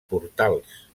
portals